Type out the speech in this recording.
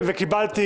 כמובן,